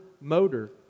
Motor